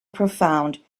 profound